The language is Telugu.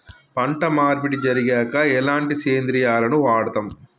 పంట మార్పిడి జరిగాక ఎలాంటి సేంద్రియాలను వాడుతం?